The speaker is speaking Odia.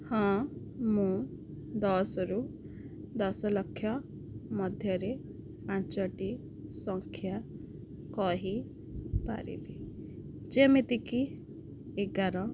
ହଁ ମୁଁ ଦଶରୁ ଦଶ ଲକ୍ଷ ମଧ୍ୟରେ ପାଞ୍ଚଟି ସଂଖ୍ୟା କହିପାରିବି ଯେମିତିକି ଏଗାର